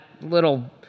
little